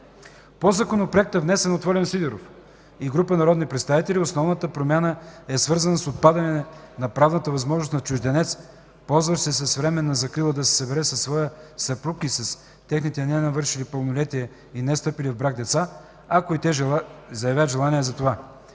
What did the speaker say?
В Законопроекта, внесен от Волен Сидеров и група народни представители, основната промяна е свързана с отпадане на правната възможност на чужденец, ползващ се от временна закрила, да се събере със своя съпруг и с техните ненавършили пълнолетие и невстъпили в брак деца, ако и те заявят желание за това.